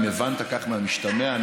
אם הבנת שכך משתמע,